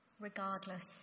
regardless